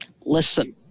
Listen